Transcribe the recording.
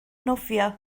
nofio